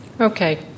okay